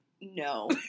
no